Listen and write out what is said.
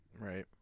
Right